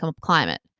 climate